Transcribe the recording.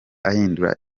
ahindura